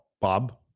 Bob